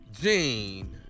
Gene